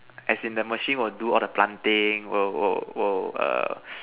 as in the machine will do all the planting will will will err